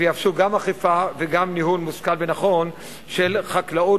ויעשו גם אכיפה וגם ניהול מושכל ונכון של חקלאות